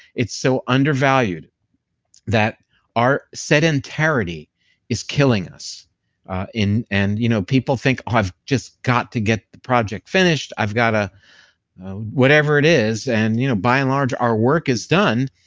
it's so undervalued that our sedentarity is killing us and you know people think, i've just got to get the project finished. i've got a whatever it is. and you know by and large, our work is done